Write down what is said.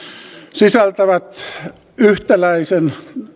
sisältävät yhtäläisen